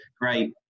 great